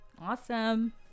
Awesome